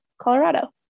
Colorado